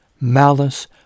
malice